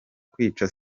kwica